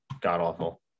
god-awful